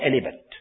element